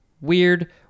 weird